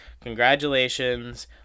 congratulations